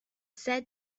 said